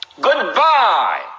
goodbye